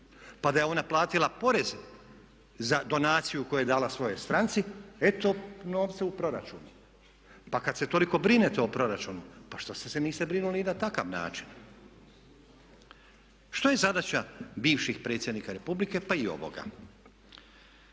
Pa da je ona platila porez za donaciju koju je dala svojoj stranci eto novca u proračunu. Pa kad se toliko brinete u proračunu pa što se niste brinuli i na takav način. Što je zadaća bivših predsjednika Republike pa i ovoga?